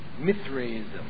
Mithraism